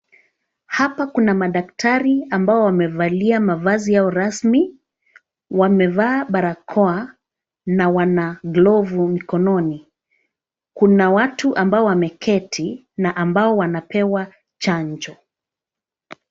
Hapa kuna madaktari ambao wamevalia mavazi yao rasmi. Wamevaa barakoa na wana glovu mikononi. Kuna watu ambao wameketi na ambao wanapewa chanjo.